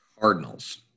Cardinals